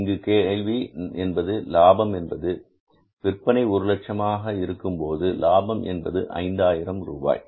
இங்கு கேள்வி என்பது லாபம் என்பது விற்பனை ஒரு லட்சம் ரூபாயாக இருக்கும் போது லாபம் என்பது 5 ஆயிரம் ரூபாய்